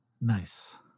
Nice